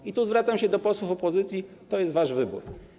I tu zwracam się do posłów opozycji: to jest wasz wybór.